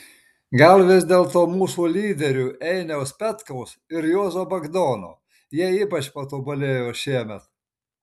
gal vis dėlto mūsų lyderių einiaus petkaus ir juozo bagdono jie ypač patobulėjo šiemet